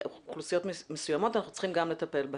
אוכלוסיות מסוימות אנחנו צריכים גם לטפל בהן.